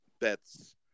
bets